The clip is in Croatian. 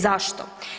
Zašto?